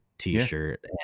t-shirt